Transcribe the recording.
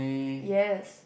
yes